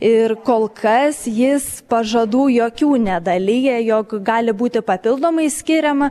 ir kol kas jis pažadų jokių nedalija jog gali būti papildomai skiriama